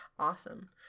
Awesome